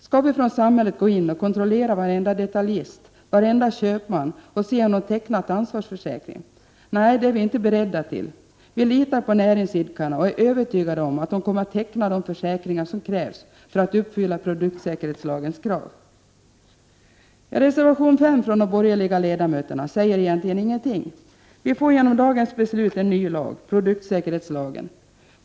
Skall vi från samhället gå in och kontrollera varenda detaljist, varenda köpman och se om de tecknat ansvarsförsäkring? Nej, det är vi inte beredda till. Vi litar på näringsidkarna och är övertygade om att de kommer att teckna de försäkringar som krävs för att uppfylla produktsäkerhetslagens krav. Reservation nr 5 från de borgerliga ledamöterna säger egentligen ingenting. Vi får genom dagens beslut en ny lag — produktsäkerhetslagen.